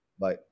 Bye